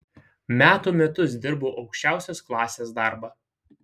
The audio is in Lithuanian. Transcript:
metų metus dirbau aukščiausios klasės darbą